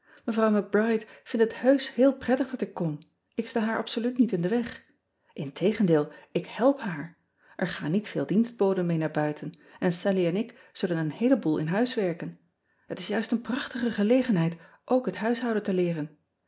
c ride vindt het heusch heel prettig dat ik kom ik sta haar absoluut niet in den weg ntegendeel ik help haar r gaan niet veel dienstboden mee naar buiten en allie en ik zullen een heeleboel in huis werken et is juist een prachtige gelegenheid ook het huishouden te leeren